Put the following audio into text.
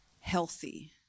healthy